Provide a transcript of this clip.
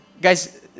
Guys